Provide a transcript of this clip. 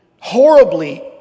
horribly